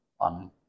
on